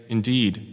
Indeed